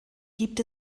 gibt